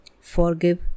Forgive